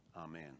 amen